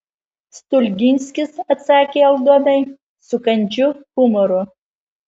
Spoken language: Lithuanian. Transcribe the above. stulginskis atsakė aldonai su kandžiu humoru